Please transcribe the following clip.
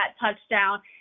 touchdown